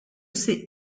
ces